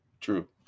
True